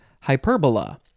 hyperbola